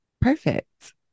Perfect